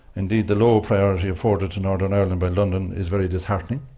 indeed, the lower priority afforded to northern ireland by london is very disheartening.